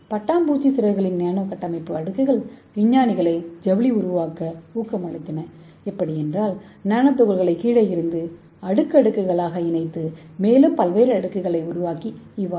பட்டாம்பூச்சி சிறகுகளின் நானோ கட்டமைப்பு அடுக்குகள் விஞ்ஞானிகளை ஜவுளிகளை உருவாக்க ஊக்கமளித்தன நானோ துகள்களை கீழே இருந்து அடுக்குகளாக இணைத்து அடுக்கு சட்டசபை மூலம் ஒரு அடுக்கை உருவாக்குகின்றன